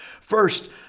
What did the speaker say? First